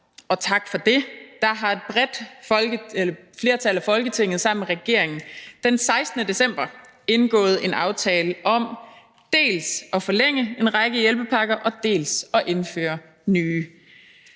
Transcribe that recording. og tak for det – har et bredt flertal i Folketinget sammen med regeringen den 16. december indgået en aftale om dels at forlænge en række hjælpepakker, dels at indføre nye.